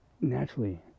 naturally